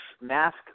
mask